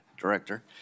Director